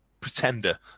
pretender